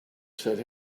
said